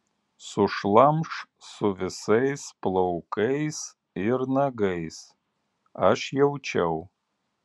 sušlamš su visais plaukais ir nagais aš jaučiau